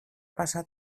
pasa